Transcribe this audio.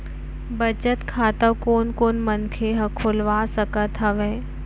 बचत खाता कोन कोन मनखे ह खोलवा सकत हवे?